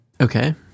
Okay